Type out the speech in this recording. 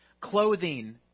clothing